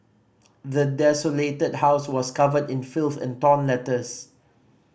the desolated house was covered in filth and torn letters